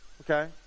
Okay